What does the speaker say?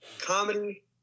comedy